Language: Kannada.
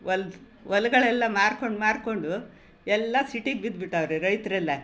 ಹೊಲ್ದ ಹೊಲಗಳೆಲ್ಲ ಮಾರ್ಕೊಂಡು ಮಾರಿಕೊಂಡು ಎಲ್ಲ ಸಿಟಿಗೆ ಬಿದ್ಬಿಟ್ಟವ್ರೆ ರೈತ್ರೆಲ್ಲ